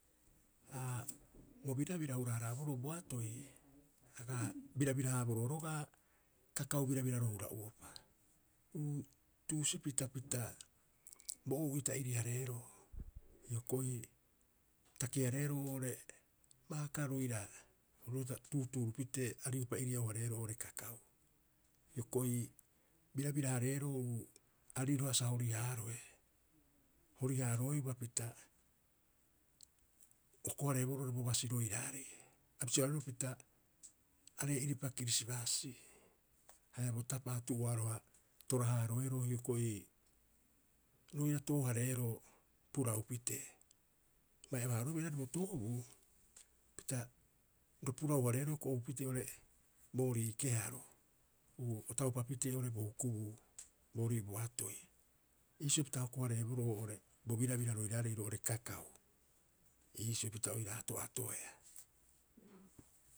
Aa, bo birabira a hura- haraaboro bo atoi, aga birabira- haaboroo roga'a kakau birabiraro hura'uropa. Uu, tuusipita pita bo ou'i ta'iri- hareero, hioko'i taki- hareeroo oo'ore baaka roira bo tuutuuru pitee ariopa iriau- hareero roo'ore kakau. Hiokoi birabira- hareero uu ariroha sa hori- haarohe. Hori- haaroeuba opita hoko- hareeboroo oo'ore bo basi roiraarei, a bisiohareeroo pita aree'iripa kirisibaasi haia bo tapa'a a tu'uoaroha tora- haaroeroo hioko'i roira too- hareeroo purau pitee. Bai aba- haaroeroo oiraarei bo toobuu, pita ro purau- hareeroo hioko'i oira ou pitee oo'ore boorii keharo, uu o taupa pitee oo'ore bo hukubuu boorii bo atoi. Iisio pita hoko- hareeboroo oo'ore bo birabira roiraarei roo'orekakau, iisio pita oira ato'atoea.